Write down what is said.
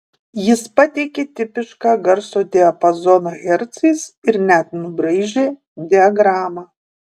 jis pateikė tipišką garso diapazoną hercais ir net nubraižė diagramą